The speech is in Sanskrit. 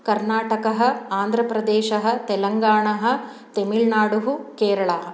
कर्णाटकः आन्ध्रप्रदेशः तेलाङ्गाणः तेमिळ्नाडु केरला